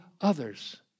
others